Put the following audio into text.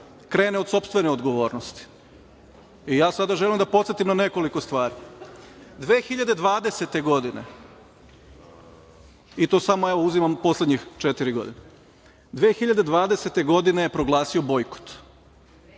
krene od sopstvene odgovornosti. Ja sada želim da podsetim na nekoliko stvari. Naime, 2020. godine, i to samo uzimam poslednjih četiri godine, je proglasio bojkot,